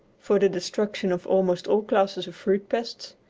for the destruction of almost all classes of fruit-pests,